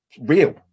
real